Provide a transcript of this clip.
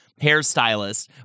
hairstylist